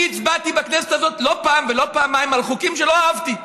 אני הצבעתי בכנסת הזאת לא פעם ולא פעמיים על חוקים שלא אהבתי,